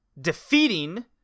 defeating